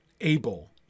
able